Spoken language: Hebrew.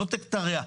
לא תרע,